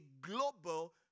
global